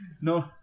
no